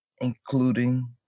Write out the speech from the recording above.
including